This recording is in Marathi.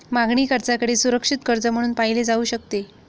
मागणी कर्जाकडे सुरक्षित कर्ज म्हणून पाहिले जाऊ शकते